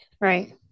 Right